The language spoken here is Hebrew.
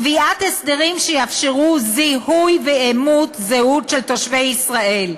קביעת הסדרים שיאפשרו זיהוי ואימות זהות של תושבי ישראל.